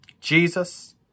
jesus